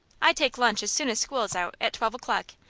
i take lunch as soon as school is out, at twelve o'clock,